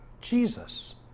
Jesus